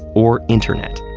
or internet.